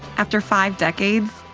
after five decades,